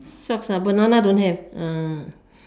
socks uh banana don't have uh